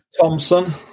Thompson